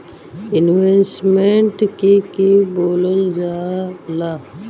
Investment के के बोलल जा ला?